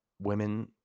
Women